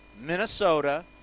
Minnesota